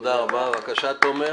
אמרת שבעוד שנתיים נדבר.